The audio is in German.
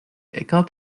eckhart